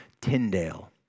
Tyndale